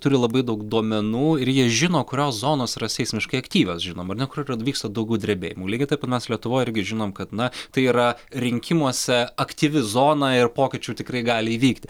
turi labai daug duomenų ir jie žino kurios zonos yra seismiškai aktyvios žinom ar ne kur vyksta daugiau drebėjimų lygiai taip pat mes lietuvoj irgi žinom kad na tai yra rinkimuose aktyvi zona ir pokyčių tikrai gali įvykti